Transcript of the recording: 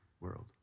world